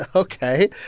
ah ok,